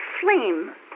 flame